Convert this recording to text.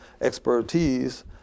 expertise